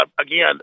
again